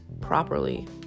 properly